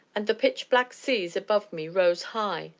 and the pitch-black seas above me rose high,